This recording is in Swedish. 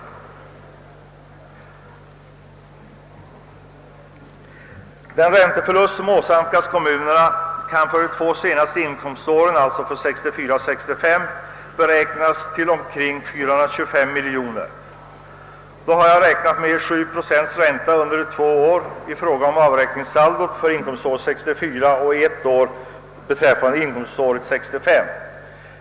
Den ränteförlust som åsamkas kommunerna kan för de två senaste inkomståren, alltså för 1964 och 1965, beräknas till omkring 425 miljoner. Då har jag räknat med 7 procent ränta under två år i fråga om avräkningssaldot för inkomståret 1964 och ett år beträffande inkomståret 1965.